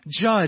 judge